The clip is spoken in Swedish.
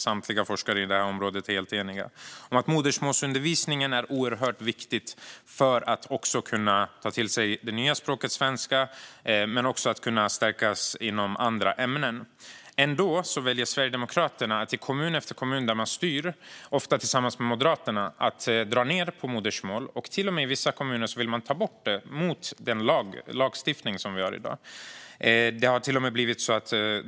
Samtliga forskare på området är helt eniga om att modersmålsundervisning är oerhört viktig för att också kunna ta till sig det nya språket svenska och för att eleven ska stärkas i andra ämnen. Ändå väljer Sverigedemokraterna att i kommun efter kommun där de styr, ofta tillsammans med Moderaterna, dra ned på modersmålsundervisningen. I vissa kommuner vill man ta bort den undervisningen, vilket går mot den lagstiftning som finns i dag.